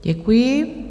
Děkuji.